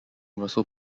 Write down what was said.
russell